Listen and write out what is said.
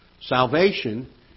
salvation